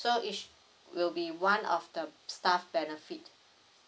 so each will be one of the staff benefit